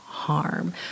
harm